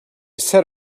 said